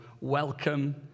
welcome